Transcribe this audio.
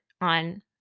on